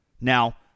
Now